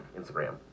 Instagram